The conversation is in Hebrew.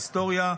ככה בהיסטוריה.